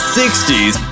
60s